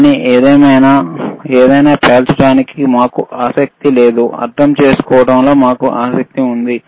కానీ ఏదేమైనా ఏదైనా పేల్చడానికి మాకు ఆసక్తి లేదు అర్థం చేసుకోవడంలో మాకు ఆసక్తి ఉంది